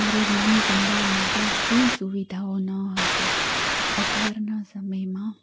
આરોગ્યની સંભાળ માટે કોઈ સુવિધાઓ ન હતી અત્યારના સમયમાં